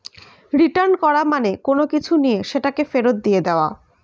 return করা মানে কোনো কিছু নিয়ে সেটাকে ফেরত দিয়ে দেওয়া